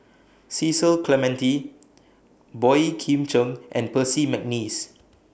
Cecil Clementi Boey Kim Cheng and Percy Mcneice